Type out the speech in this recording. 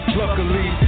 luckily